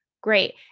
great